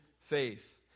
faith